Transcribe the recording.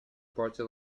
party